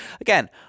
again